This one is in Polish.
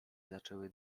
zaczęły